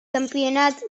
campionat